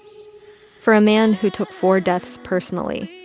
for a man who took four deaths personally,